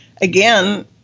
Again